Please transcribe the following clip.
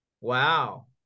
Wow